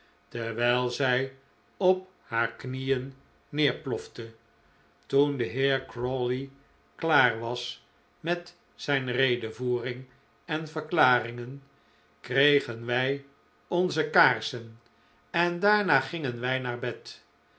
terwijl zij op haar knieen neerplofte toen de heer crawley klaar was met zijn redevoering en verklaringen kregen wij onze kaarsen en daarna gingen wij naar bed